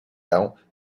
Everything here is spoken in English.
out